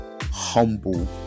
humble